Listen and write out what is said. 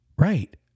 Right